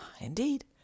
Indeed